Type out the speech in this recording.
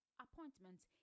Appointments